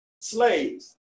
slaves